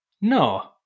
No